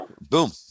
Boom